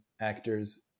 actors